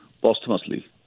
posthumously